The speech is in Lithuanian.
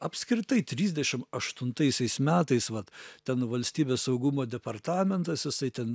apskritai trisdešim aštuntaisiais metais vat ten valstybės saugumo departamentas jisai ten